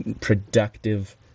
productive